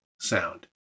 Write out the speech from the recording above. sound